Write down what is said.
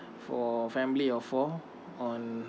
for family of four on